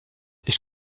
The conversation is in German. ich